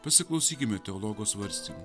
pasiklausykime teologo svarstymų